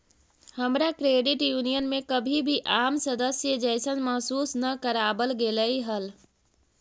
हमरा credit union में कभी भी आम सदस्य जइसन महसूस न कराबल गेलई हल